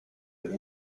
have